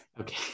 Okay